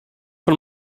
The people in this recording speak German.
von